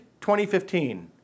2015